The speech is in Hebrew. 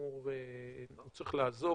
צריך לעזוב.